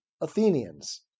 Athenians